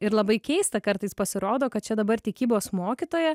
ir labai keista kartais pasirodo kad čia dabar tikybos mokytoja